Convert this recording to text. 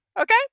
Okay